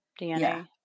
DNA